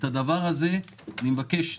את הדבר הזה אני מבקש,